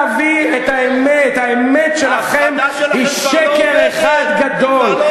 קשה להביא את האמת, האמת שלכם היא שקר אחד גדול.